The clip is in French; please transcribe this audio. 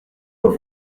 aux